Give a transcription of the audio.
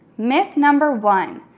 myth number one,